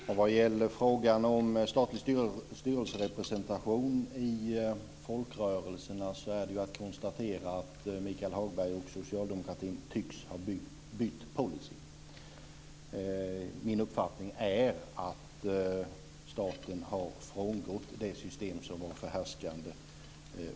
Fru talman! Vad gäller frågan om statlig styrelserepresentation i folkrörelserna, kan jag konstatera att Michael Hagberg och socialdemokratin tycks ha bytt policy. Min uppfattning är att staten har frångått det system som var förhärskande.